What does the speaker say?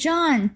John